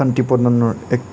শান্তি প্ৰদানৰ এক